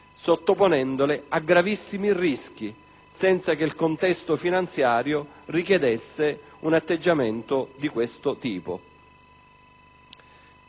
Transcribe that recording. sottoponendole a gravissimi rischi senza che il contesto finanziario richiedesse un atteggiamento di questo tipo.